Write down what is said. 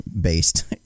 based